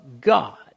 God